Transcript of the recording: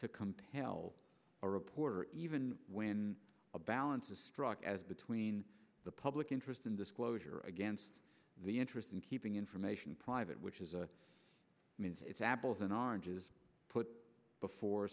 compel a reporter even when a balance a struck as between the public interest in disclosure against the interest in keeping information private which is a it's apples and oranges put before